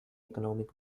economic